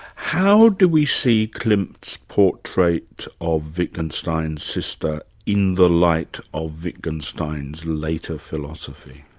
how do we see klimt's portrait of wittgenstein's sister in the light of wittgenstein's later philosophy?